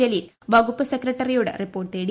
ജലീൽ വ കുപ്പ് സെക്രട്ടറിയോട് റിപ്പോർട്ട് തേടി